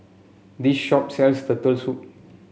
this shop sells Turtle Soup